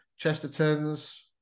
Chestertons